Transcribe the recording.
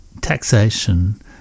taxation